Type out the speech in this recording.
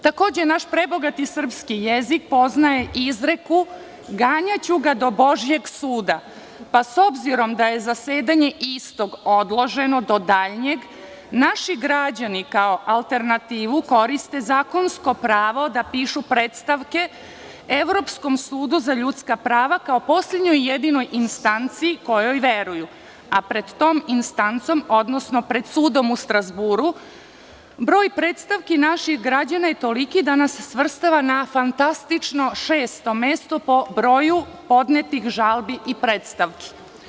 Takođe, naš prebogati srpski jezik poznaje i izreku „ganjaću ga do božijeg suda“, pa s obzirom da je zasedanje istog odloženo do daljnjeg, naši građani kao alternativu koriste zakonsko pravo da pišu predstavke Evropskom sudu za ljudska prava kao poslednjoj i jedinoj instanci kojoj veruju, a pred tom instancom, odnosno pred sudom u Strazburu broj predstavki naših građana je toliki da nas svrstava na fantastično šesto mesto po broju podnetih žalbi i predstavki.